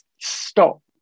stop